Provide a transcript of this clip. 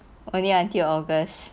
only until august